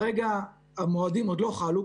כרגע המועדים עוד לא חלו,